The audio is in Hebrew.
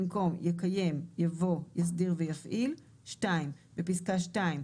במקום ״יקיים״ יבוא ״יסדיר ויפעיל״; (2)בפסקה (2),